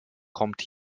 kommt